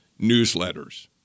newsletters